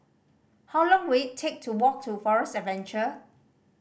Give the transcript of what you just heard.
how long will it take to walk to Forest Adventure